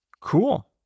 cool